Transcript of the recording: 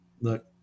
Look